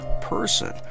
person